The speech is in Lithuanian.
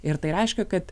ir tai reiškia kad